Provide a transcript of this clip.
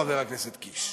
חבר הכנסת קיש,